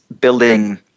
building